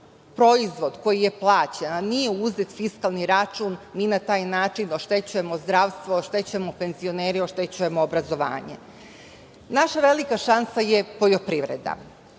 proizvod koji je plaćan, a nije uzet fiskalni račun, mi na taj način oštećujemo zdravstvo, oštećujemo penzionere, oštećujemo obrazovanje. Naša velika šansa je poljoprivreda.